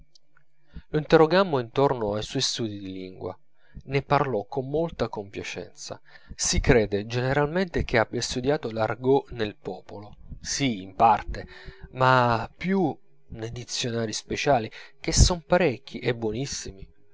lo interrogammo intorno ai suoi studi di lingua ne parlò con molta compiacenza si crede generalmente che abbia studiato l'argot nel popolo sì in parte ma più nei dizionarii speciali che son parecchi e buonissimi